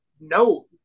no